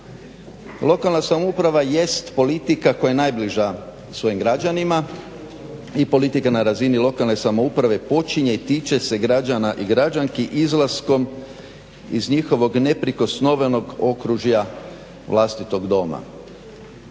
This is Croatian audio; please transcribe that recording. Lokalna samouprava jest politika koja je najbliža svojim građanima i politika na razini lokalne samouprave počinje i tiče se građana i građanki izlaskom iz njihovog neprikosnovenog okružja vlastitog doma.